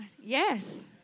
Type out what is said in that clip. Yes